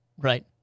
Right